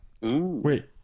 wait